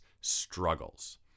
struggles